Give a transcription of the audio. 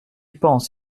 pense